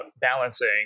balancing